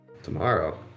Tomorrow